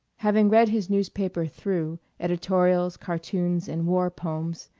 having read his newspaper through, editorials, cartoons, and war-poems,